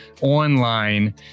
online